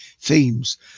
themes